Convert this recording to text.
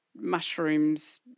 mushrooms